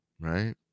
right